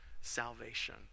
salvation